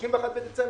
31 בדצמבר.